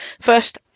first